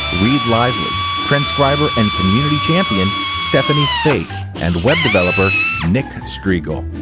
reed lively transcriber and community champion, stephanie speight and web developer, nick striegel.